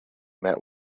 met